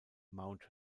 mount